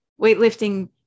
weightlifting